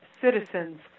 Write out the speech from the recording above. citizens